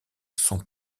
sont